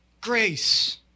grace